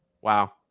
Wow